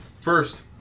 First